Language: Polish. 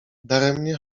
daremnie